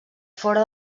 fora